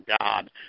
God